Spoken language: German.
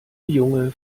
junge